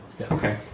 Okay